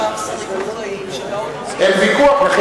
בעבר היו שרים אחראים, אין ויכוח.